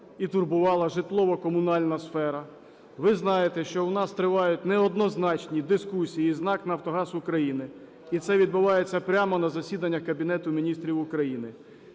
і турбувала житлово-комунальна сфера. Ви знаєте, що у нас тривають неоднозначні дискусії із НАК "Нафтогаз України", і відбувається прямо на засіданнях Кабінету Міністрів України.